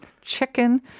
chicken